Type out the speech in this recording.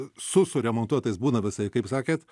su suremontuotais būna visaip kaip sakėt